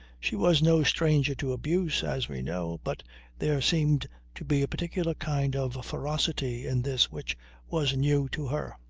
she was no stranger to abuse, as we know, but there seemed to be a particular kind of ferocity in this which was new to her.